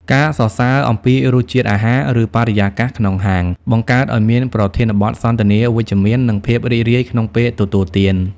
ការសរសើរអំពីរសជាតិអាហារ ឬបរិយាកាសក្នុងហាង បង្កើតឱ្យមានប្រធានបទសន្ទនាវិជ្ជមាន និងភាពរីករាយក្នុងពេលទទួលទាន។